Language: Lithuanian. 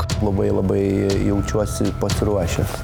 labai labai jaučiuosi pasiruošęs